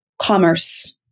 commerce